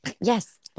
Yes